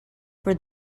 for